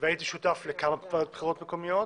והייתי שותף לכמה ועדות בחירות מקומיות,